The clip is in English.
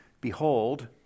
behold